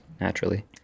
naturally